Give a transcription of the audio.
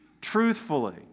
truthfully